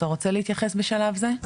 אתה רוצה להתייחס בשלב זה?